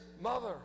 mother